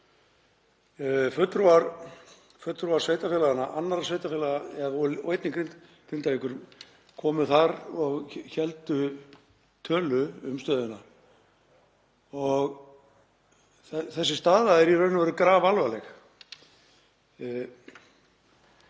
Fulltrúar sveitarfélaganna, annarra sveitarfélaga en einnig Grindavíkur, komu þar og héldu tölu um stöðuna. Þessi staða er í raun og veru grafalvarleg.